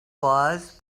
was